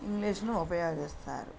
ఇంగ్లీష్ను ఉపయోగిస్తారు